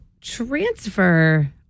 transfer